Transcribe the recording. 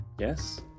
yes